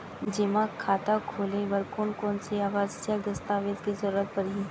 जेमा खाता खोले बर कोन कोन से आवश्यक दस्तावेज के जरूरत परही?